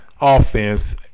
offense